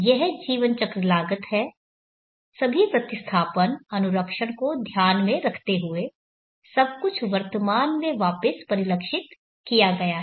यह जीवन चक्र लागत है सभी प्रतिस्थापन अनुरक्षण को ध्यान में रखते हुए सब कुछ वर्तमान में वापस परिलक्षित किया गया है